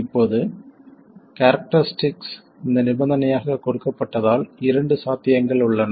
இப்போது கேரக்டரிஸ்ட்டிக் இந்த நிபந்தனையாக கொடுக்கப்பட்டதால் இரண்டு சாத்தியங்கள் உள்ளன